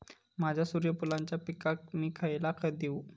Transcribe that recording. माझ्या सूर्यफुलाच्या पिकाक मी खयला खत देवू?